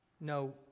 No